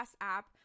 app